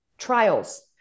Trials